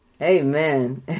amen